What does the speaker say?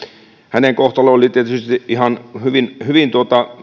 hänen kohtalonsa oli tietysti hyvin hyvin